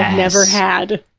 never had.